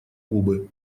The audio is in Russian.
кубы